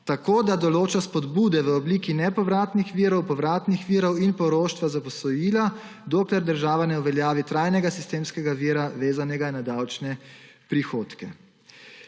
stanovanj, določa spodbude v obliki nepovratnih virov, povratnih virov in poroštva za posojila, dokler država ne uveljavi trajnega sistemskega vira, vezanega na davčne prihodke.